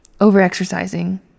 over-exercising